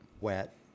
Wet